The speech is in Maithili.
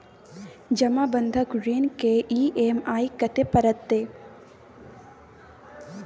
जमा बंधक ऋण के ई.एम.आई कत्ते परतै?